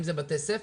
אם זה בתי ספר,